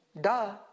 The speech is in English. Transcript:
Duh